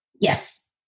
Yes